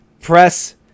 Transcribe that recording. press